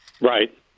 Right